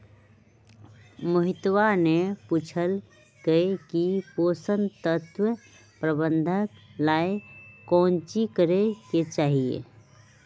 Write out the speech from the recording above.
मोहितवा ने पूछल कई की पोषण तत्व प्रबंधन ला काउची करे के चाहि?